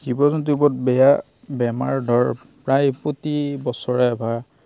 জীৱ জন্তুৰ ওপৰত বেয়া বেমাৰ ধৰ প্ৰায় প্ৰতিবছৰে বা